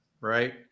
right